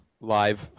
live